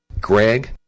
Greg